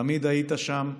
תמיד היית שם.